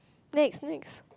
next next